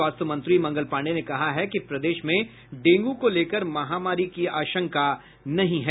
स्वास्थ्य मंत्री मंगल पांडेय ने कहा है कि प्रदेश में डेंगू को लेकर महामारी की आशंका नहीं है